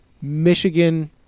Michigan